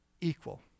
equal